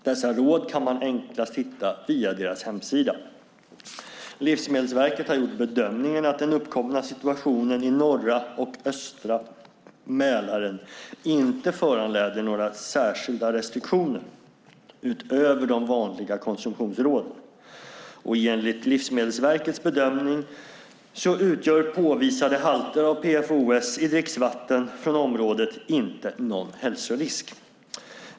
Dessa råd kan man enklast hitta via deras hemsida. Livsmedelsverket har gjort bedömningen att den uppkomna situationen i norra och östra Mälaren inte föranleder några särskilda restriktioner utöver de vanliga konsumtionsråden. Enligt Livsmedelsverkets bedömning utgör påvisade halter av PFOS, perfluoroktansulfonat, i dricksvatten från området inte någon hälsorisk.